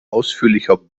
ausführlicher